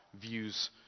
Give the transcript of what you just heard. views